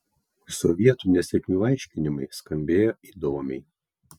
sovietų nesėkmių aiškinimai skambėjo įdomiai